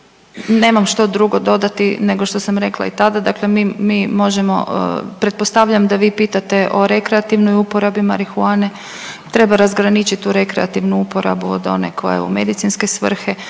nemam što drugo dodati nego što sam rekla i tada, dakle mi možemo pretpostavljam da vi pitate o rekreativnoj uporabi marihuane. Treba razgraničit tu rekreativnu uporabu od one koja je u medicinske svrhe.